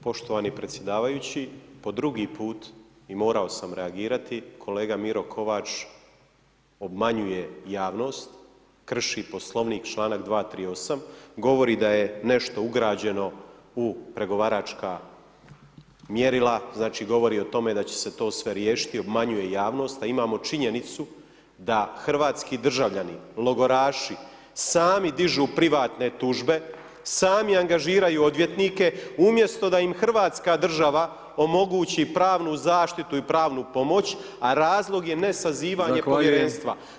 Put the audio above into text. Poštovani predsjedavajući, po drugi put i morao sam reagirati, kolega Miro Kovač obmanjuje javnost, krši Poslovnik, članak 238., govori da je nešto ugrađeno u pregovaračka mjerila, znači govori o tome da će se to sve riješiti, obmanjuje javnost a imamo činjenicu da hrvatski državljani, logoraši sami dižu privatne tužbe, sami angažiraju odvjetnike umjesto da im Hrvatska država omogući pravnu zaštitu i pravnu pomoć a razlog je ne sazivanje povjerenstva.